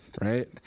right